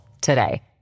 today